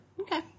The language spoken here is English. Okay